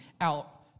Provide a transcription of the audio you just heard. out